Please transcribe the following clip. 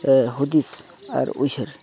ᱦᱩᱫᱤᱥ ᱟᱨ ᱩᱭᱦᱟᱹᱨ